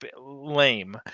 lame